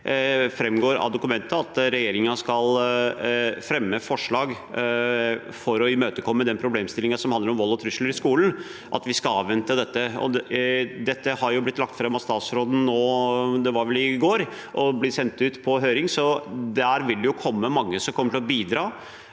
framgår av dokumentet at regjeringen skal fremme forslag for å imøtekomme den problemstillingen som handler om vold og trusler i skolen. Dette har jo blitt lagt fram av statsråden nå – det var vel i går – og blir sendt ut på høring. Der vil mange komme til å bidra